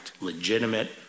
legitimate